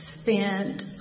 spent